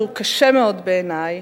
שהוא קשה מאוד בעיני,